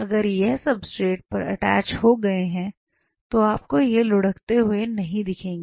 अगर यह सबस्ट्रेट पर अटैच हो गए हैं तो आपको यह लुढ़कते हुए नहीं दिखेंगे